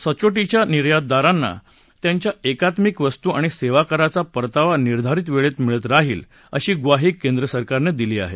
सचोटीच्या निर्यातदारांना त्यांच्या एकात्मिक वस्तू आणि सेवा कराचा परतावा निर्धारित वेळेत मिळत राहील अशी म्वाही केंद्र सरकारनं दिली आहे